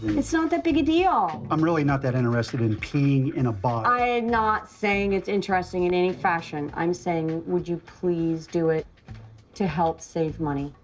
it's not that big a deal. i'm really not that interested in peeing in a bottle. i'm not saying it's interesting in any fashion. i'm saying would you please do it to help save money?